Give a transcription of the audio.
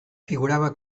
figuraba